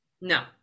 No